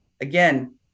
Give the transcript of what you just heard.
again